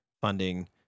funding